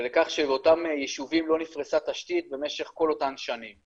ולכך שבאותם יישובים לא נפרסה תשתית במשך כל אותן שנים.